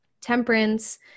Temperance